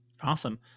Awesome